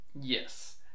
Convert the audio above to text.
Yes